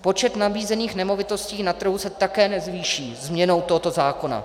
Počet nabízených nemovitostí na trhu se také nezvýší změnou tohoto zákona.